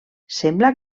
sembla